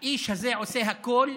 האיש הזה עושה הכול,